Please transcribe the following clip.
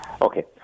Okay